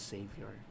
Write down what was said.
Savior